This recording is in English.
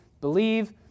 believe